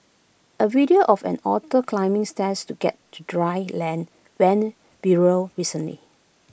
A video of an otter climbing stairs to get to dry land went viral recently